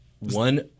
one